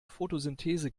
photosynthese